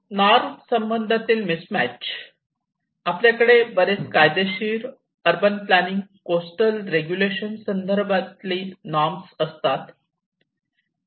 norm संदर्भातील mismatch आपल्याकडे बरेच कायदेशीर अर्बन प्लॅनिंग कोस्टल रेग्युलेशन बद्दलचे नॉर्म असतात